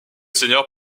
seigneur